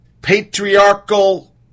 patriarchal